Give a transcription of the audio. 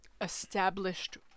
established